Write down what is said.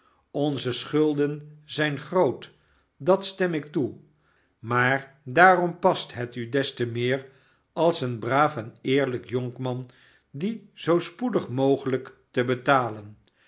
onze schulden zijn groot dat stem ik toe maar daarompas het u des te meer als een braaf en eerlijk jonkman die zoo spoedig mogelijk te betalen